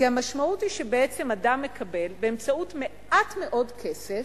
כי המשמעות היא שבעצם אדם מקבל באמצעות מעט מאוד כסף,